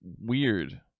weird